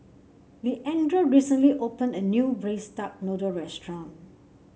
Leandra recently opened a new Braised Duck Noodle restaurant